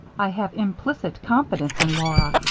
i have implicit confidence in laura,